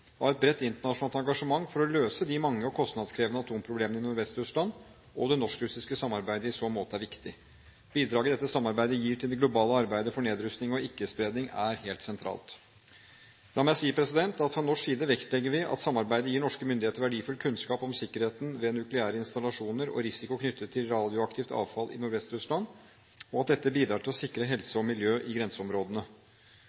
et bredt internasjonalt engasjement for å løse de mange og kostnadskrevende atomproblemene i Nordvest-Russland, og at det norsk-russiske samarbeidet i så måte er viktig. Bidraget dette samarbeidet gir til det globale arbeidet for nedrustning og ikkespredning, er helt sentralt. La meg si at fra norsk side vektlegger vi at samarbeidet gir norske myndigheter verdifull kunnskap om sikkerheten ved nukleære installasjoner og risiko knyttet til radioaktivt avfall i Nordvest-Russland, og at dette bidrar til å sikre helse